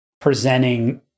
presenting